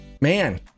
man